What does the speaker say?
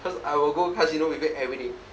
cause I will go casino with them everyday